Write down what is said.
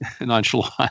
nonchalant